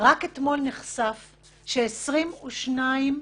בדיון הזה, אדוני היושב-ראש,